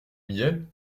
miel